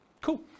Cool